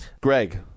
Greg